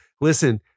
listen